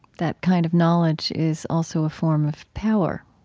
that kind of knowledge is also a form of power